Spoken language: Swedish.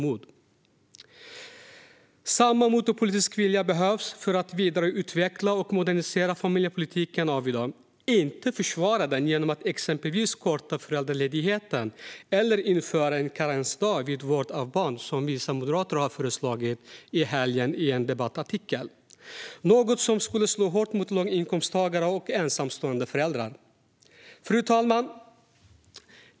Föräldrapenning för fler familjekonstella-tioner och reserverad grundnivå Samma mod och politiska vilja behövs för att vidareutveckla och modernisera familjepolitiken av i dag, inte försvåra den genom att exempelvis korta föräldraledigheten eller införa en karensdag vid vård av barn, som vissa moderater föreslog i en debattartikel i helgen. Det skulle slå hårt mot låginkomsttagare och ensamstående föräldrar. Fru talman!